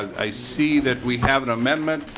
i see that we have and a amendment.